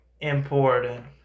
important